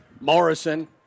Morrison